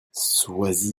sois